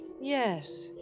Yes